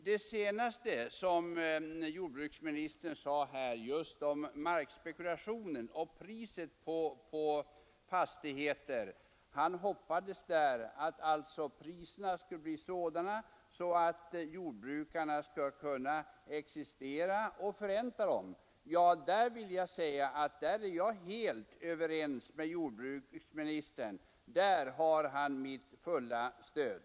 Beträffande markspekulationen och priset på jordbruksfastigheter sade jordbruksministerfi nu senast att han hoppades att priserna skulle bli sådana att jordbrukarna skall kunna existera och förränta sina jordbruk. Därom är jag helt överens med jordbruksministern — där har han mitt fulla stöd.